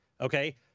okay